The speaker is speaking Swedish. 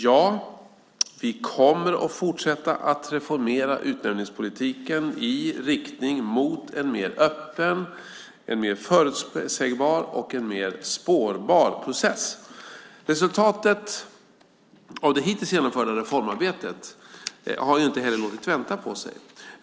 Ja, vi kommer att fortsätta att reformera utnämningspolitiken i riktning mot en mer öppen, en mer förutsägbar och en mer spårbar process. Resultatet av det hittills genomförda reformarbetet har inte heller låtit vänta på sig.